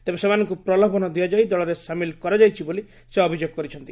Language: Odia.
ତେବେ ସେମାନଙ୍କୁ ପ୍ରଲୋଭନ ଦିଆଯାଇ ଦଳରେ ସାମିଲ କରାଯାଇଛି ବୋଲି ସେ ଅଭିଯୋଗ କରିଛନ୍ତି